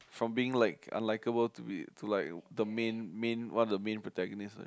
from being like unlikeable to be to like the main main one of the main protagonist